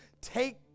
Take